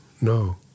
no